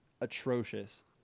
atrocious